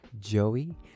Joey